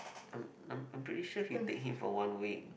I'm I'm I'm pretty sure he'll take him for one week